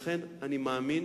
לכן, אני מאמין